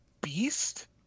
Beast